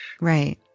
Right